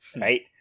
right